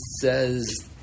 says